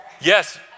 Yes